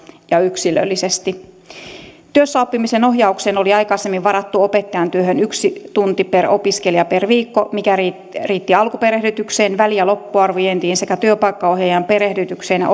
ja yksilöllisesti työssäoppimisen ohjaukseen oli aikaisemmin varattu opettajan työhön yksi tunti per opiskelija per viikko mikä riitti riitti alkuperehdytykseen väli ja loppuarviointiin sekä työpaikkaohjaajan perehdytykseen ja